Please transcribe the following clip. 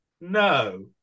no